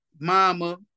mama